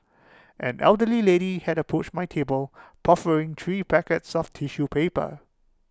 an elderly lady had approached my table proffering three packets of tissue paper